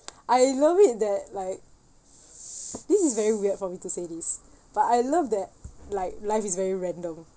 I love it that like this is very weird for me to say this but I love that like life is very random